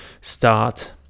start